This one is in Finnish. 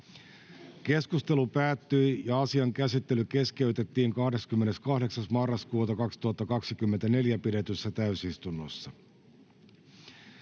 Keskustelu päättyi ja asian käsittely keskeytettiin 28.11.2024 pidetyssä täysistunnossa.